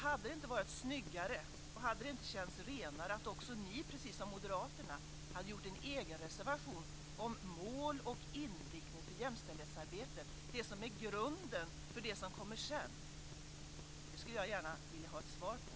Hade det inte varit snyggare och hade det inte känts renare om ni, precis som Moderaterna, hade skrivit en egen reservation om mål och inriktning för jämställdhetsarbetet, det som är grunden för det som kommer sedan? Det skulle jag gärna vilja ha ett svar på, Elver